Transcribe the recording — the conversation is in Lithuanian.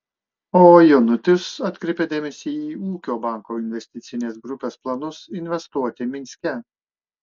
o jonutis atkreipia dėmesį į ūkio banko investicinės grupės planus investuoti minske